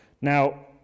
Now